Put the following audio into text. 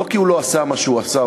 לא כי הוא לא עשה מה שהוא עשה,